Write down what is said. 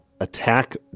Attack